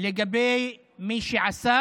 לגבי מי שעשה,